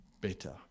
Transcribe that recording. better